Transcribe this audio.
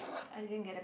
I didn't get it